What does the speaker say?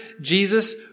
Jesus